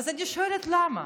אז אני שואלת למה.